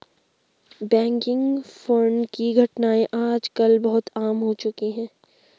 banking fraud की घटनाएं आज कल बहुत आम हो चुकी है